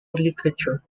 literature